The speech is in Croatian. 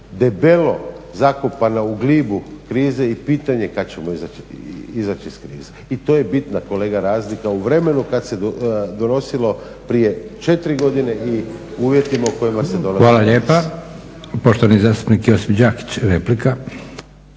debelo zakopano u glibu krize i pitanje je kad ćemo izaći iz krize. I to je bitna, kolega, razlika u vremenu kad se donosilo prije četiri godine i uvjetima u kojima se donosi danas. **Leko, Josip (SDP)** Hvala lijepa. Poštovani zastupnik Josip Đakić, replika.